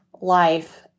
life